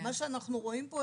מה שאנחנו רואים פה,